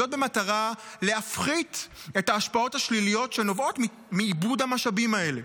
זאת במטרה להפחית את ההשפעות השליליות שנובעות מאיבוד המשאבים האלה.